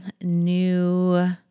new